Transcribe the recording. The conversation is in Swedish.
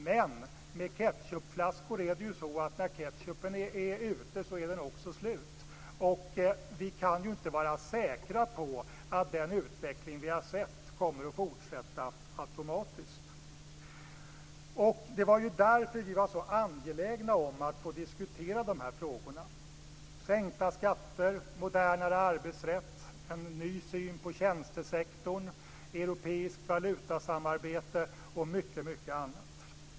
Men med ketchupflaskor är det ju så att när ketchupen är ute, så är också flaskan tom. Vi kan ju inte vara säkra på att den utveckling som vi har sett kommer att fortsätta automatiskt. Det var ju därför vi var så angelägna om att få diskutera dessa frågor: sänkta skatter, modernare arbetsrätt, en ny syn på tjänstesektorn, europeiskt valutasamarbete och mycket, mycket annat.